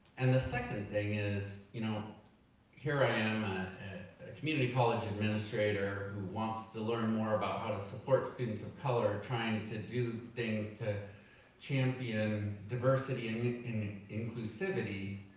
and the second thing is, you know here i am, a community college administrator, who wants to learn more about how to support students of color, trying to do things to champion diversity and inclusivity,